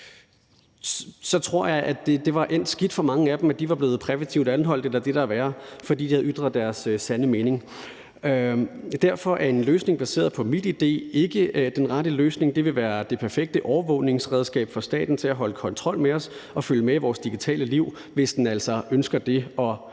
Så tror jeg, det var endt skidt for mange af dem, og at de var blevet præventivt anholdt eller det, der er værre, fordi de havde ytret deres sande mening. Derfor er en løsning baseret på MitID ikke den rette løsning. Det vil være det perfekte overvågningsredskab for staten til at føre kontrol med os og følge med i vores digitale liv, hvis den altså ønsker det og